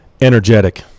Energetic